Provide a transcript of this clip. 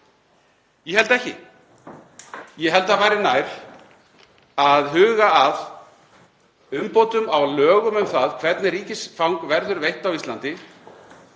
Ég held ekki. Ég held að það væri nær að huga að umbótum á lögum um það hvernig ríkisfang verður veitt á Íslandi